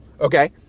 Okay